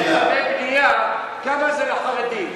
בנייה, כמה זה לחרדים?